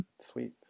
sweet